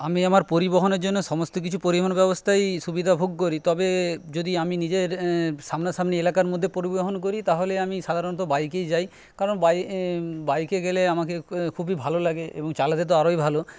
আমি আমার পরিবহনের জন্য সমস্ত কিছু পরিবহন ব্যবস্থাই সুবিধা ভোগ করি তবে যদি আমি নিজের সামনাসামনি এলাকার মধ্যে পরিবহন করি তাহলে আমি সাধারণত বাইকেই যাই কারণ বাই বাইকে গেলে আমাকে খুবই ভালো লাগে এবং চালাতে তো আরোই ভালো